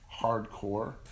hardcore